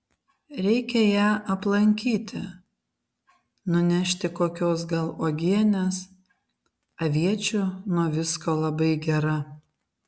reikia ją aplankyti nunešti kokios gal uogienės aviečių nuo visko labai gera